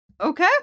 Okay